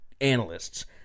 analysts